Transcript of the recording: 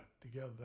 together